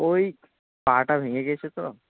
ওই পাটা ভেঙে গেছে তো